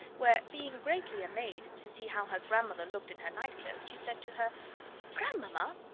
where, being greatly amazed to see how her grandmother looked in her night-clothes, she said to her grandmamma,